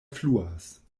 fluas